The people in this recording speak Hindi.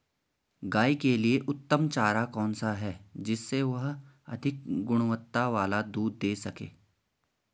गाय के लिए उत्तम चारा कौन सा है जिससे वह अधिक गुणवत्ता वाला दूध दें सके?